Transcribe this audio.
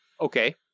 Okay